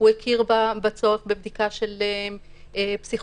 הוא הכיר בצורך בבדיקה של פסיכולוגים,